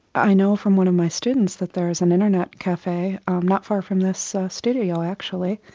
i know from one of my students that there is an internet cafe, um not far from this studio actually,